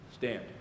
stand